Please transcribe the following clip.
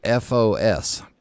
FOS